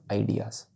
ideas